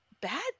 bad